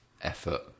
effort